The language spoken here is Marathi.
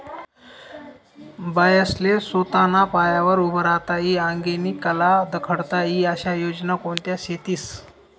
बायास्ले सोताना पायावर उभं राहता ई आंगेनी कला दखाडता ई आशा योजना कोणत्या शेतीस?